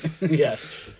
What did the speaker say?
Yes